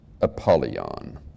Apollyon